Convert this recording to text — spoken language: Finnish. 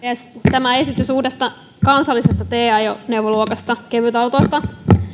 tämä esitys uudesta kansallisesta t ajoneuvoluokasta kevytautoista